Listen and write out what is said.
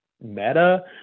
Meta